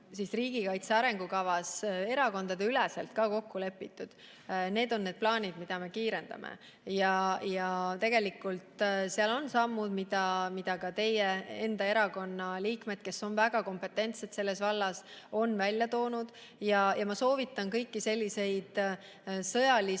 on riigikaitse arengukavas erakondadeüleselt kokku lepitud, on need plaanid, mille täitmist me kiirendame. Seal on sammud, mida ka teie enda erakonna liikmed, kes on väga kompetentsed selles vallas, on välja toonud. Ma soovitan kõiki selliseid sõjalist